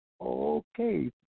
Okay